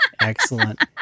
Excellent